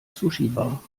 sushibar